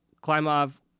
Klimov